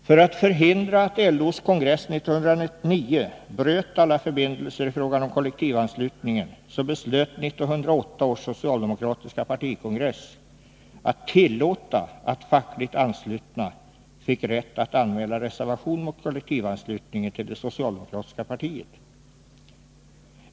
För att förhindra att LO:s kongress 1909 bröt alla förbindelser i fråga om kollektivanslutningen beslöt 1908 års socialdemokratiska partikongress att tillåta att fackligt anslutna fick rätt att anmäla reservation mot kollektivanslutningen till det socialdemokratiska partiet.